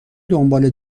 دنباله